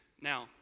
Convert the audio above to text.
Now